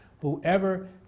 Whoever